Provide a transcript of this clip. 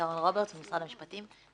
שרון רוברטס, משרד המשפטים.